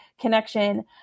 connection